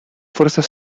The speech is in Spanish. fuerzas